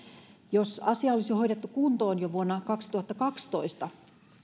jos asia olisi hoidettu kuntoon jo vuonna kaksituhattakaksitoista